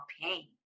pain